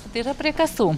tai yra prie kasų